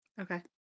Okay